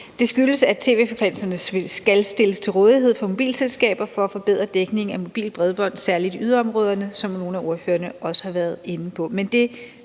Det skyldes, at tv-frekvenserne skal stilles til rådighed for mobilselskaber for at forbedre dækningen af mobilt bredbånd, særlig i yderområderne, som nogle af ordførerne også har været inde på.